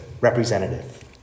representative